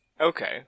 okay